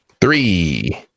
three